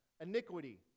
iniquity